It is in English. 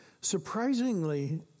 Surprisingly